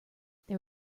there